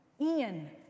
Ian